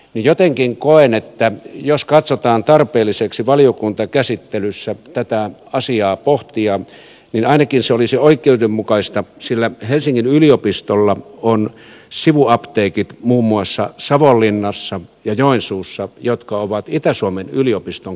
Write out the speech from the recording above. jotenkin koen että jos katsotaan tarpeelliseksi valiokuntakäsittelyssä tätä asiaa pohtia niin ainakin se olisi oikeudenmukaista sillä helsingin yliopistolla on sivuapteekit muun muassa savonlinnassa ja joensuussa jotka ovat itä suomen yliopiston kampuksia